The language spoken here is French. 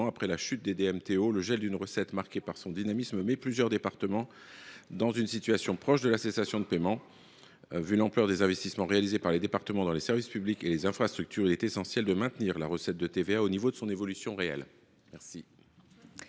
rendement des DMTO, le gel d’une recette marquée par son dynamisme placerait plusieurs départements dans une situation proche de la cessation de paiements. Vu l’ampleur des investissements réalisés par les départements dans les services publics et les infrastructures, il est essentiel que les recettes de TVA affectées aux collectivités